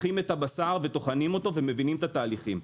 חותכים את הבשר וטוחנים אותו ומבינים את התהליכים.